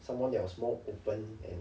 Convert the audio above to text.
someone that was more open and